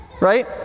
right